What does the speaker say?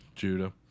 Judah